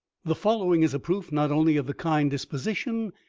the following is a proof not only of the kind disposition,